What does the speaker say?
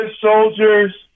soldiers